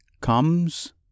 comes